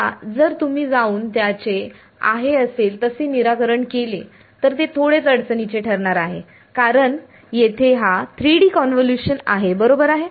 आता जर तुम्ही जाऊन त्याचे आहे असेल तसे निराकरण केले तर ते थोडेच अडचणीचे ठरणार आहे कारण येथे हा 3 D कॉन्व्होल्यूशन आहे बरोबर आहे